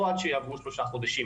או עד שיעברו שלושה חודשים,